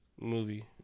Movie